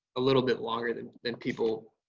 a little bit longer than than people